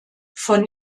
von